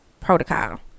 protocol